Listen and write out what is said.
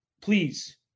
please